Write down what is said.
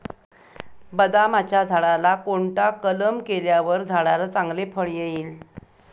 बदामाच्या झाडाला कोणता कलम केल्यावर झाडाला चांगले फळ येईल?